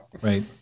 Right